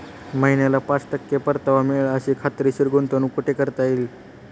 महिन्याला पाच टक्के परतावा मिळेल अशी खात्रीशीर गुंतवणूक कुठे करता येईल?